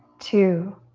two,